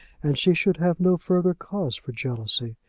and she should have no further cause for jealousy!